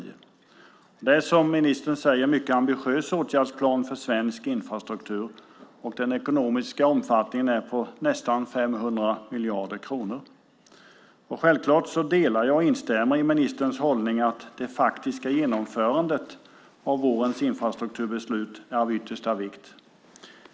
Det är, som ministern säger, en mycket ambitiös åtgärdsplan för svensk infrastruktur. Den ekonomiska omfattningen är på nästan 500 miljarder kronor. Självklart delar jag och instämmer i ministerns hållning att det faktiska genomförandet av vårens infrastrukturbeslut är av yttersta vikt.